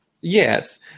Yes